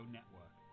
Network